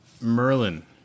Merlin